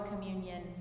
Communion